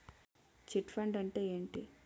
Chit fund అంటే ఏంటి?